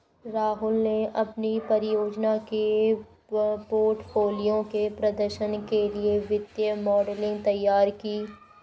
राहुल ने अपनी परियोजना के पोर्टफोलियो के प्रदर्शन के लिए वित्तीय मॉडलिंग तैयार की